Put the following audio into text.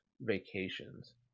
vacations